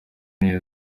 neza